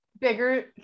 bigger